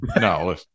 No